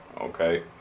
Okay